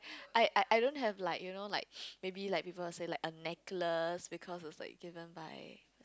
I I I don't have like you know like maybe like people would say like a necklace because it like was given by